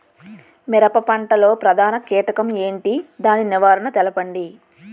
మిరప పంట లో ప్రధాన కీటకం ఏంటి? దాని నివారణ తెలపండి?